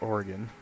Oregon